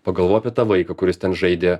pagalvoji apie tą vaiką kuris ten žaidė